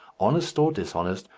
honest or dishonest,